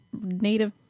Native